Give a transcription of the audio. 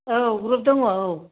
औ ग्रुप दङ औ